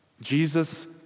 Jesus